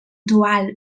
dual